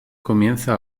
comienza